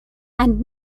and